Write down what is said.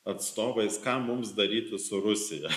atstovais ką mums daryti su rusija